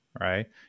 Right